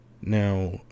Now